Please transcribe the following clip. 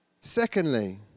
Secondly